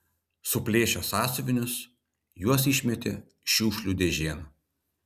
suplėšę sąsiuvinius juos išmetė šiukšlių dėžėn